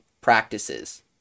practices